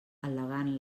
al·legant